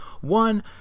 one